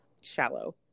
shallow